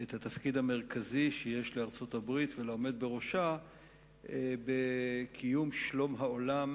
את התפקיד המרכזי שיש לארצות-הברית ולעומד בראשה בקיום שלום העולם,